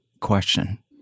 question